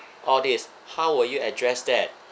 all this how will you address that